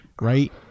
right